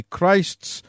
Christ's